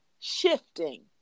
shifting